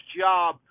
job